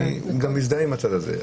אני גם מזדהה עם הצד הזה.